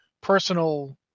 personal